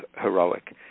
heroic